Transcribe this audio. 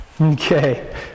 Okay